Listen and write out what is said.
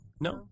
No